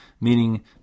meaning